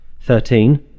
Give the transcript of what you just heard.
Thirteen